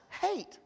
hate